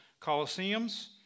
Colosseums